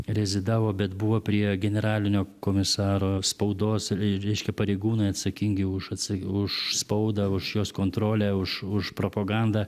rezidavo bet buvo prie generalinio komisaro spaudos reiškia pareigūnai atsakingi už atsaki už spaudą už jos kontrolę už už propagandą